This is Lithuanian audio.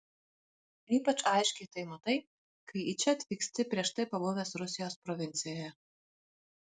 ypač aiškiai tai matai kai į čia atvyksti prieš tai pabuvęs rusijos provincijoje